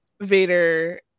Vader